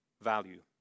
value